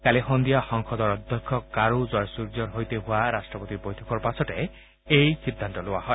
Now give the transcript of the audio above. কালি সদ্ধিয়া সংসদৰ অধ্যক্ষ কাৰু জয়সূৰ্য্যৰ সৈতে হোৱা ৰাট্টপতিৰ বৈঠকৰ পাছতে এই সিদ্ধান্ত লোৱা হয়